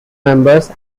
members